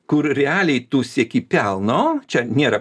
kur realiai tu sieki pelno čia nėra